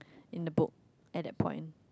in the book at that point